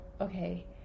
okay